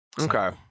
Okay